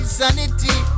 sanity